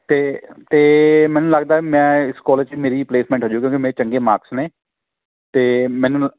ਅਤੇ ਅਤੇ ਮੈਨੂੰ ਲੱਗਦਾ ਮੈਂ ਇਸ ਕਾਲਜ 'ਚ ਮੇਰੀ ਪਲੇਸਮੈਂਟ ਹੋਜੂਗੀ ਕਿਉਂਕਿ ਮੇਰੇ ਚੰਗੇ ਮਾਰਕਸ ਨੇ ਅਤੇ ਮੈਨੂੰ